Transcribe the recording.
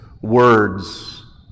words